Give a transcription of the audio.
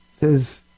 says